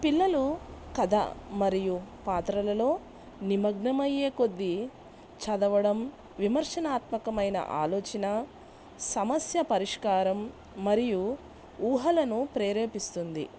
పిల్లలు కథ మరియు పాత్రలలో నిమగ్నమయ్యే కొద్దీ చదవడం విమర్శనాత్మకమైన ఆలోచన సమస్య పరిష్కారం మరియు ఊహలను ప్రేరేపిస్తుంది